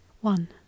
One